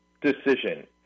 decision